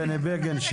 בני בגין,